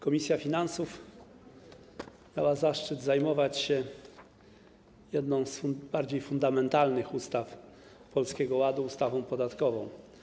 Komisja Finansów Publicznych miała zaszczyt zajmować się jedną z bardziej fundamentalnych ustaw Polskiego Ładu, ustawą podatkową.